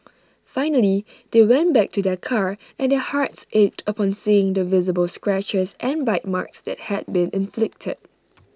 finally they went back to their car and their hearts ached upon seeing the visible scratches and bite marks that had been inflicted